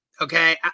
Okay